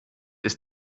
ist